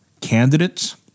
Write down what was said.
candidates